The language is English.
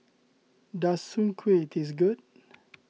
does Soon Kway taste good